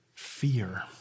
Fear